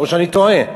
או שאני טועה.